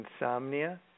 insomnia